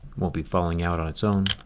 won't be falling out on its own.